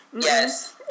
Yes